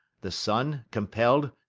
the son, compell'd,